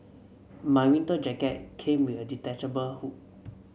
my winter jacket came with a detachable hood